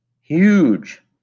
Huge